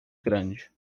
grande